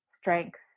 strength